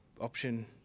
option